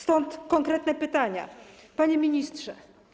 Stąd konkretne pytania, panie ministrze.